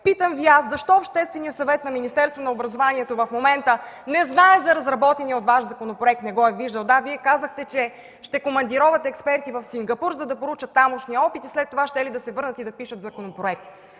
Питам Ви аз – защо Общественият съвет на Министерството на образованието в момента не знае за разработения от Вас законопроект, не го е виждал? Да, Вие казахте, че ще командировате експерти в Сингапур, за да проучат тамошния опит и след това щели да се върнат и да пишат законопроект.